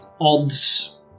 Odds